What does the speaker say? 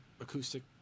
acoustic